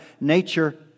nature